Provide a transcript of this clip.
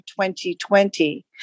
2020